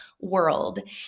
world